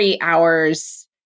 hours